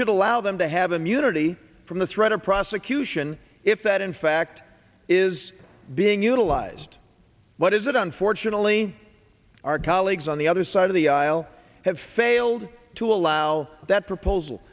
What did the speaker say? should allow them to have immunity from the threat of prosecution if that in fact is being utilized but is it unfortunately our colleagues on the other side of the aisle have failed to allow that proposal